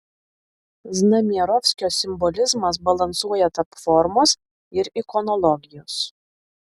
znamierovskio simbolizmas balansuoja tarp formos ir ikonologijos